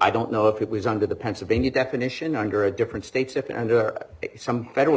i don't know if it was under the pennsylvania definition under a different states if and under some federal